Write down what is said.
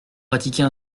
pratiquez